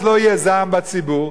לא יהיה זעם בציבור,